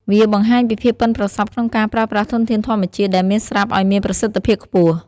វាបង្ហាញពីភាពប៉ិនប្រសប់ក្នុងការប្រើប្រាស់ធនធានធម្មជាតិដែលមានស្រាប់ឱ្យមានប្រសិទ្ធភាពខ្ពស់។